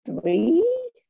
three